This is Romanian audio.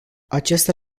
acesta